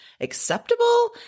acceptable